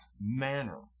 manner